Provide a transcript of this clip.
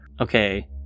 okay